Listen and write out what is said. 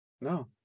No